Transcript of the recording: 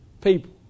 people